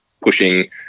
pushing